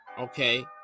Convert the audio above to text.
okay